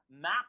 map